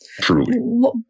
Truly